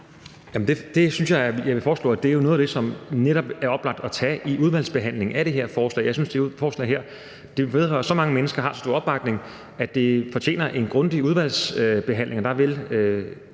(Magnus Heunicke): Det er jo noget af det, som netop er oplagt at tage i udvalgsbehandlingen af det her forslag. Jeg synes, at det forslag her vedrører så mange mennesker og har så stor opbakning, at det fortjener en grundig udvalgsbehandling, og der vil